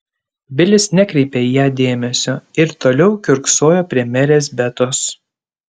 bilis nekreipė į ją dėmesio ir toliau kiurksojo prie merės betos